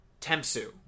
Temsu